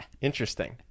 Interesting